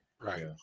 Right